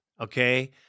okay